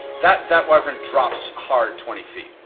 that that wyvern drops hard, twenty feet.